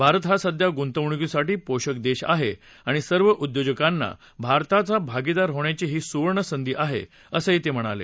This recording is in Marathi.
भारत हा सध्या गुंतवणुकीसाठी पोषक देश आहे आणि सर्व उद्योजकांना भारताचा भागीदार होण्याची ही सुवर्ण संधी आहे असंही मोदी म्हणाले